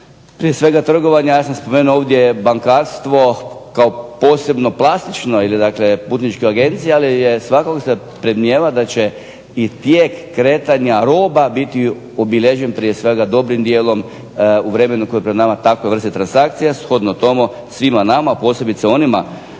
prije svega trgovanja, ja sam spomenuo ovdje bankarstvo kao posve klasično, ali svakako se predmnijeva da će i tijek kretanja roba biti obilježen prije svega dobrim dijelom u vremenu koje je pred nama takve vrste transakcija, shodno tomu svima nama posebice onima